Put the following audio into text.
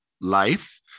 life